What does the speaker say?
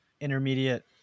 intermediate